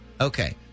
Okay